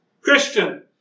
Christian